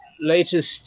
latest